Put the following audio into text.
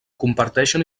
comparteixen